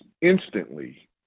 instantly